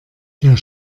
der